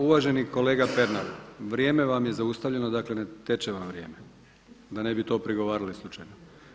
Uvaženi kolega Pernar, vrijeme vam je zaustavljeno, dakle ne teče vam vrijeme da ne bi to prigovarali slučajno.